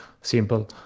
simple